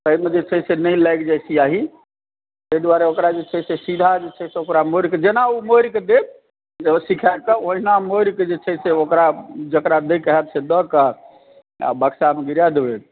तहिमे जे चाही से नहि लागि जाए स्याही ताहि दुआरे ओकरा जे चाही से सीधा ओकरा मोड़िकऽ देत जे ओ सिखाएत तऽ ओहिना मोड़िकऽ जे छै से ओकरा जकरा दैके हाएत से दऽ कऽ आ बक्सा मे गिरा देबै